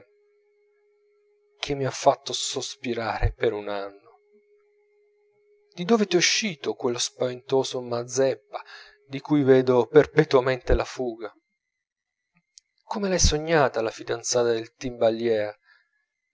che mi ha fatto sospirare per un anno di dove t'è uscito quello spaventoso mazzeppa di cui vedo perpetuamente la fuga come l'hai sognata la fidanzata del